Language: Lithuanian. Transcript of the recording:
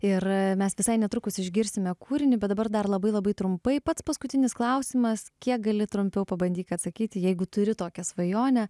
ir mes visai netrukus išgirsime kūrinį bet dabar dar labai labai trumpai pats paskutinis klausimas kiek gali trumpiau pabandyk atsakyti jeigu turi tokią svajonę